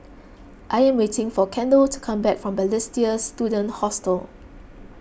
I am waiting for Kendal to come back from Balestier Student Hostel